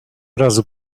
razu